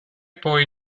poi